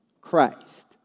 Christ